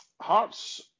Hearts